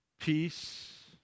Peace